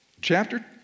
Chapter